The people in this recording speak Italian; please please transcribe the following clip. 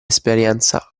esperienza